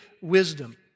wisdom